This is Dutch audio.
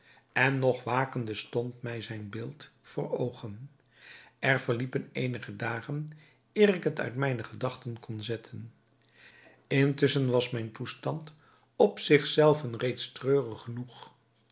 en nog wakende stond mij zijn beeld voor oogen er verliepen eenige dagen eer ik het uit mijne gedachten kon zetten intusschen was mijn toestand op zich zelven reeds treurig genoeg